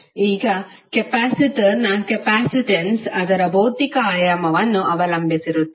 ಈಗ ಕೆಪಾಸಿಟರ್ನನ ಕೆಪಾಸಿಟನ್ಸ್ ಅದರ ಭೌತಿಕ ಆಯಾಮವನ್ನು ಅವಲಂಬಿಸಿರುತ್ತದೆ